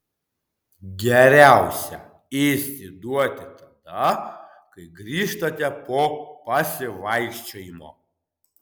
geriausia ėsti duoti tada kai grįžtate po pasivaikščiojimo